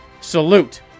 Salute